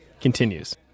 continues